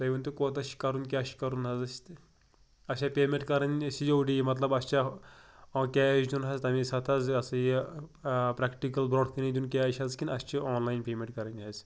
تُہۍ ؤنۍ تو کوتاہ چھِ کَرُن کیٛاہ چھُ کَرُن حظ اَسہِ تہٕ اَسہِ چھ پیمٚنٛٹ کَرٕنۍ یہِ سی او ڈی مطلب اَسہِ چھ کیش دیُن حظ تَمے ساتہٕ حظ یہ ہسا یہِ پرٛٮ۪کٹِکَل برونٛٹھ کنے دیُن کیش حظ کِنہٕ اَسہِ چھِ آنلاین پیمٮ۪نٛٹ کَرٕنۍ حظ